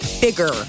bigger